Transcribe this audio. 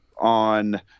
on